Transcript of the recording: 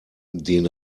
den